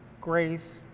grace